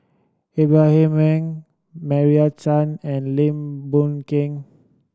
Ibrahim Awang Meira Chand and Lim Boon Keng